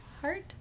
Heart